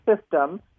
system